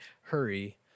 hurry